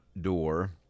door